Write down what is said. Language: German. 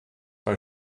bei